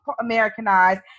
Americanized